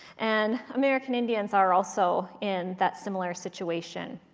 and american indians are also in that similar situation.